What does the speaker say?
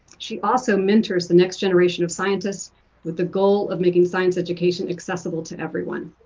she also mentors the next generation of scientists with the goal of making science education accessible to everyone.